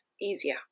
Easier